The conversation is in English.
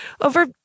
over